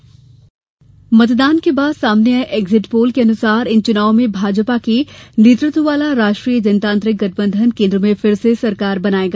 exit poll मतदान के बाद सामने आये एग्जिट पोल के अनुसार इन चुनावों में भाजपा के नेतृत्व वाला राष्ट्रीय जनतांत्रिक गठबंधन केन्द्र में फिर से सरकार बनायेगा